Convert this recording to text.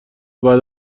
بعد